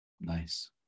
Nice